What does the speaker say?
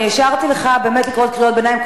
אני אפשרתי לך לקרוא קריאות ביניים,